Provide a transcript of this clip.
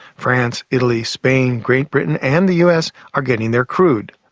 france, italy, spain, great britain, and the us are getting their crude.